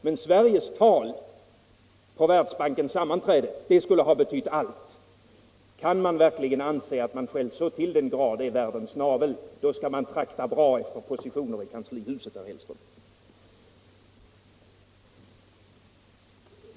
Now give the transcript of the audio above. Men Sveriges tal på Världsbankens sammanträde skulle ha betytt allt. Kan någon verkligen anse sig själv så till den grad vara världens navel, då skall man trakta bra efter positioner i kanslihuset, herr Hellström.